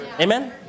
Amen